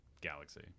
Galaxy